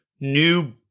new